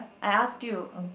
I ask you